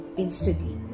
instantly